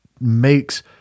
makes